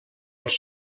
als